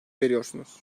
veriyorsunuz